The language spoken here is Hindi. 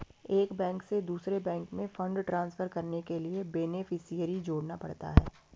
एक बैंक से दूसरे बैंक में फण्ड ट्रांसफर करने के लिए बेनेफिसियरी जोड़ना पड़ता है